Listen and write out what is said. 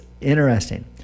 interesting